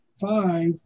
five